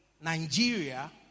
Nigeria